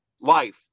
life